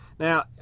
Now